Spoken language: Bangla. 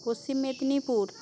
পশ্চিম মেদিনীপুর